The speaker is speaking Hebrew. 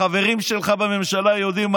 החברים שלך בממשלה יודעים,